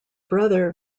brother